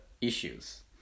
issues